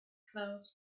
clouds